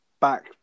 Back